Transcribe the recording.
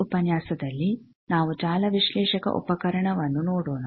ಈ ಉಪನ್ಯಾಸದಲ್ಲಿ ನಾವು ಜಾಲ ವಿಶ್ಲೇಷಕ ಉಪಕರಣವನ್ನು ನೋಡೋಣ